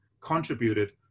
contributed